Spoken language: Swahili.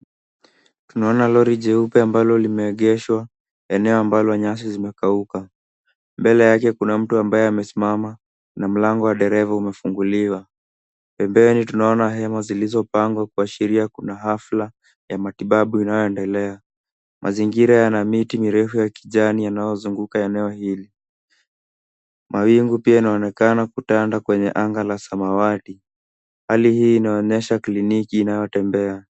Tunaona lori jeupe ambalo limeegeshwa eneo ambalo nyasi zimekauka. Mbele yake kuna mtu ambaye amesimama na mlango wa dereva umefunguliwa. Pembeni tunaona hema zilizopangwa kuashiria kuna hafla ya matibabu inayoendelea. Mazingira yana miti mirefu ya kijani yanayozunguka eneo hili. Mawingu pia inaonekana kutanda kwenye anga la samawati. Hali hii inaonyesha kiliniki inayotembea.